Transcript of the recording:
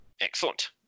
Excellent